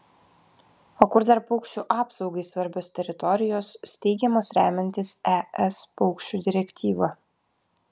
o kur dar paukščių apsaugai svarbios teritorijos steigiamos remiantis es paukščių direktyva